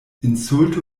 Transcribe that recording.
insulto